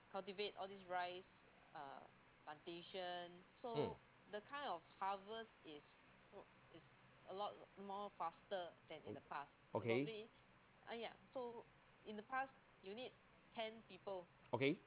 mm okay okay